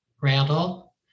Randall